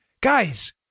Guys